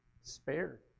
spared